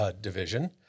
division